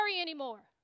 anymore